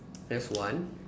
that's one